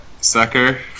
sucker